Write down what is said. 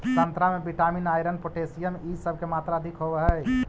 संतरा में vitamin, iron, potassium इ सब के मात्रा अधिक होवऽ हई